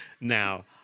Now